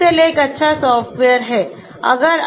तो एक्सेल एक अच्छा सॉफ्टवेयर है